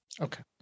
Okay